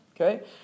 Okay